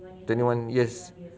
twenty one years